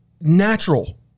natural